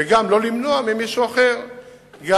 וגם לא למנוע ממישהו אחר את